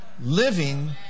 Living